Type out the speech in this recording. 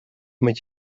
met